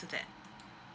to that